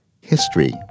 history